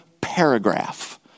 paragraph